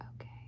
Okay